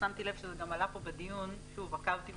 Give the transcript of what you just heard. ושמתי לב שזה גם עלה כאן בדיון, ראשית,